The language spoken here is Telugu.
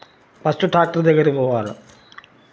ఫస్ట్ టాక్టర్ దగ్గరికి పోవాలి